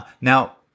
Now